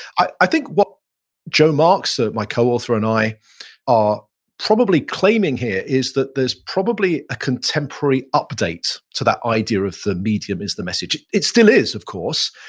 i i think what joe marks, ah my coauthor, and i are probably claiming here is that there's probably a contemporary update to that idea of the medium is the message. it still is of course,